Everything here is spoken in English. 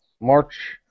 March